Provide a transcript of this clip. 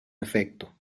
efecto